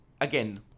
again